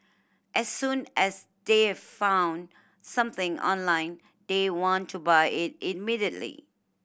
as soon as they've found something online they want to buy it immediately